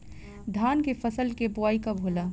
धान के फ़सल के बोआई कब होला?